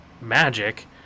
magic